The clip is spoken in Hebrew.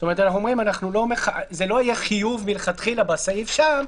זאת אומרת שאנחנו אומרים: זה לא יהיה חיוב מלכתחילה בסעיף שם,